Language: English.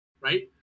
right